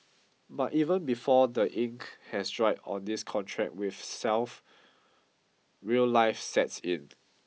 but even before the ink has dried on this contract with self real life sets in